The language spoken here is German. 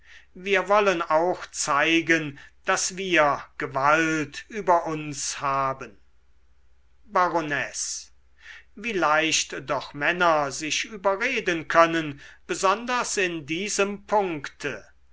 wir wollen auch zeigen daß wir gewalt über uns haben baronesse wie leicht doch männer sich überreden können besonders in diesem punkte